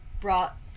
brought